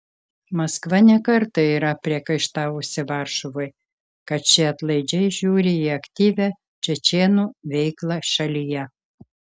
maskva ne kartą yra priekaištavusi varšuvai kad ši atlaidžiai žiūri į aktyvią čečėnų veiklą šalyje